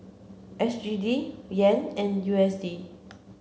S G D Yen and U S D